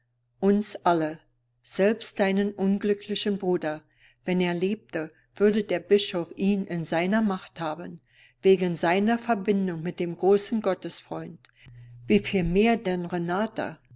uns alle selbst deinen unglücklichen bruder wenn er lebte würde der bischof ihn in seiner macht haben wegen seiner verbindung mit dem großen gottesfreund wie viel mehr denn renata